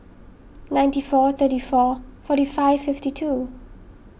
ninety four thirty four forty five fifty two